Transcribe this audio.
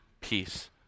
peace